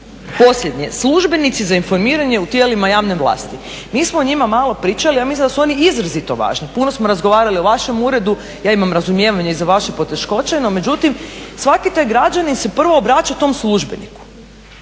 Posljednje, službenici za informiranje u tijelima javne vlasti. Mi smo o njima malo pričali, ja mislim da su oni izrazito važni, puno smo razgovarali o vašem uredu, ja imam razumijevanja i za vaše poteškoće no međutim svaki taj građanin se prvo obraća tom službeniku